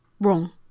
wrong